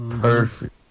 perfect